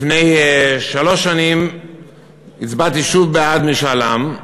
לפני שלוש שנים הצבעתי שוב בעד משאל עם.